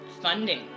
funding